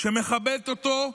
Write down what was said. שמכבדת אותו,